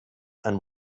and